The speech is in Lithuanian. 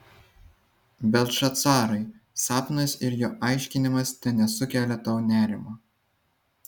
beltšacarai sapnas ir jo aiškinimas tenesukelia tau nerimo